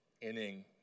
inning